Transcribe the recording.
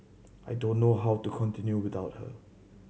I don't know how to continue without her